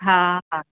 हा हा